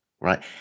right